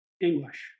English